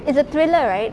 it's a thriller right